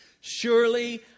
surely